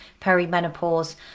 perimenopause